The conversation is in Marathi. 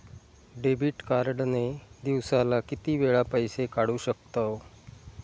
डेबिट कार्ड ने दिवसाला किती वेळा पैसे काढू शकतव?